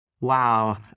wow